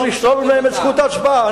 צריך לשלול מהם את זכות ההצבעה.